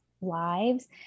lives